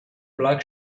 black